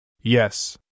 Yes